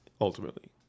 Ultimately